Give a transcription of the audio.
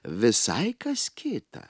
visai kas kita